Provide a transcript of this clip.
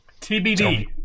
TBD